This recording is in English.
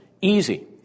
easy